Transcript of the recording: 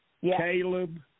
Caleb